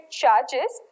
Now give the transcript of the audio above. charges